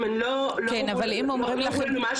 אם הם לא גובו במשהו,